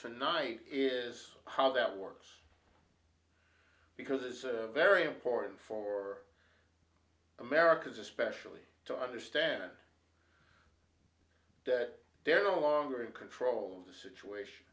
tonight is how that works because it is a very important for americans especially to understand that they're no longer in control of the situation